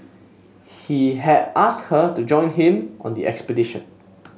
he had asked her to join him on the expedition